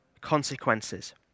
consequences